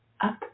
up